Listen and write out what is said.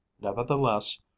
nevertheless